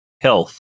health